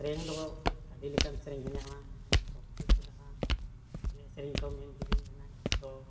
ᱥᱮᱨᱮᱧ ᱫᱚ ᱟᱹᱰᱤ ᱞᱮᱠᱟᱱ ᱥᱮᱨᱮᱧ ᱦᱮᱱᱟᱜᱼᱟ ᱥᱚᱵᱠᱩᱪ ᱦᱮᱱᱟᱜᱼᱟ ᱮᱱᱮᱡ ᱥᱮᱨᱮᱧ ᱛᱚ ᱢᱮᱱ ᱠᱤᱫᱟᱹᱧ ᱮᱱᱟᱝ ᱛᱚ